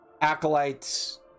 acolytes